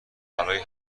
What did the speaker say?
برای